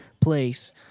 place